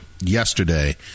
yesterday